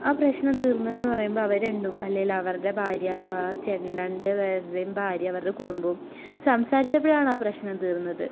ആ പ്രശ്നം തീർന്നതെന്ന് പറയുമ്പം അവർ രണ്ടും അല്ലെങ്കിൽ അവരുടെ ഭാര്യ ആ ചേട്ടൻ്റെ രണ്ട് പേരുടെയും ഭാര്യ അവരുടെ കുടുംബവും സംസാരിച്ചപ്പോഴാണ് ആ പ്രശ്നം തീർന്നത്